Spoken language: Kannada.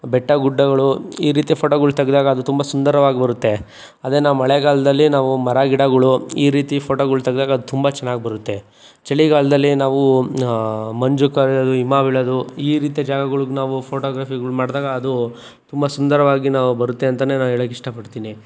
ಬೆಟ್ಟಗುಡ್ಡಗಳು ಈ ರೀತಿಯ ಫೋಟೊಗಳು ತೆಗೆದಾಗ ಅದು ತುಂಬ ಸುಂದರವಾಗಿ ಬರುತ್ತೆ ಅದೆ ನಾವು ಮಳೆಗಾಲದಲ್ಲಿ ನಾವು ಮರ ಗಿಡಗಳು ಈ ರೀತಿ ಫೋಟೊಗಳು ತೆಗೆದಾಗ ಅದು ತುಂಬ ಚೆನ್ನಾಗಿ ಬರುತ್ತೆ ಚಳಿಗಾಲದಲ್ಲಿ ನಾವು ಮಂಜು ಕರಗಿ ಹಿಮ ಬೀಳೋದು ಈ ರೀತಿಯ ಜಾಗಗಳಿಗೆ ನಾವು ಫೋಟೋಗ್ರಾಫಿಗಳು ಮಾಡಿದಾಗ ಅದು ತುಂಬ ಸುಂದರವಾಗಿ ನಾವು ಬರುತ್ತೆ ಅಂತಲೇ ನಾನು ಹೇಳೋಕೆ ಇಷ್ಟಪಡ್ತೀನಿ